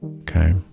Okay